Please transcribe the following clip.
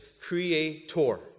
creator